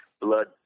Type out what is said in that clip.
blood